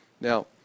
Now